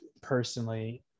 personally